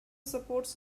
supports